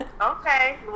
Okay